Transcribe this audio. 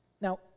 Now